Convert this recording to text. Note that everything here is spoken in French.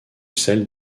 celle